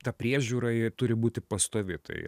ta priežiūra ji turi būti pastovi tai